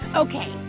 ok,